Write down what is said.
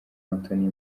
anthony